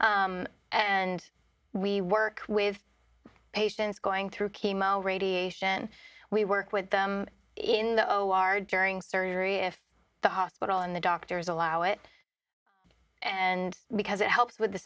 and we work with patients going through chemo radiation we work with them in the o r during surgery if the hospital and the doctors allow it and because it helps with the